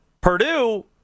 Purdue